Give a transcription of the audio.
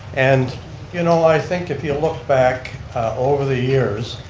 and you know i think if you look back over the years,